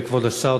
כבוד השר,